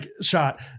shot